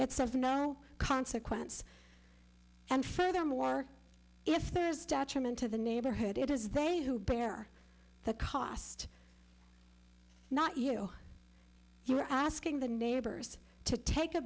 of no consequence and furthermore if there is detriment to the neighborhood it is they who bear the cost not you you are asking the neighbors to take a